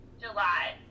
July